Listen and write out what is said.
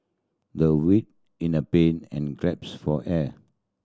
the writhed in a pain and grapes for air